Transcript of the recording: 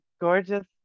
gorgeous